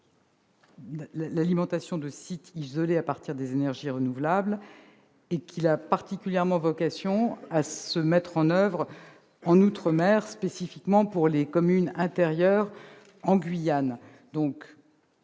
l'alimentation de sites isolés à partir des énergies renouvelables. Il a même particulièrement vocation à être mis en oeuvre dans les outre-mer, spécialement pour les communes intérieures en Guyane.